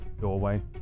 doorway